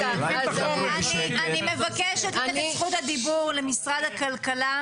המלחמה הזאת היא --- אני מבקשת לתת את זכות הדיבור למשרד הכלכלה,